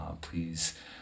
please